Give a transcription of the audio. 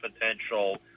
potential